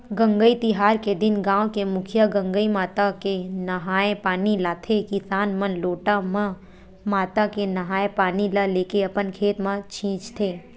गंगई तिहार के दिन गाँव के मुखिया गंगई माता के नंहाय पानी लाथे किसान मन लोटा म माता के नंहाय पानी ल लेके अपन खेत म छींचथे